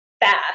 fast